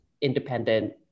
independent